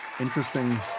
interesting